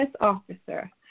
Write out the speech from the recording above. officer